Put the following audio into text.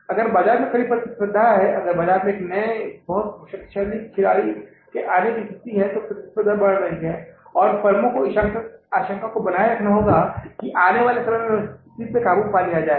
अगर बाजार में एक कड़ी प्रतिस्पर्धा है अगर बाजार में एक नए बहुत शक्तिशाली खिलाड़ी की आने की स्थिति है तो प्रतिस्पर्धा बढ़ रही है और फर्मों को इस आशंका को बनाए रखना होगा कि आने वाले समय में स्थिति पर काबू पा लिया जाएगा